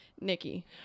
nikki